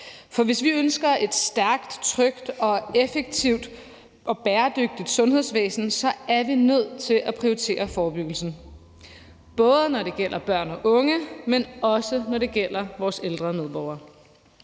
For hvis vi ønsker et stærkt, trygt, effektivt og bæredygtigt sundhedsvæsen, er vi nødt til at prioritere forebyggelse, både når det gælder børn og unge, men også når det gælder vores ældre medborgere,